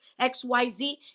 xyz